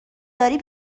داری